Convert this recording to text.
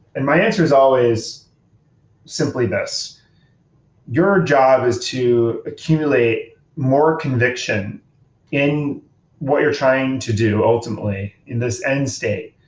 and my answer is always simply this your job is to accumulate more conviction in what you're trying to do ultimately in this end-state,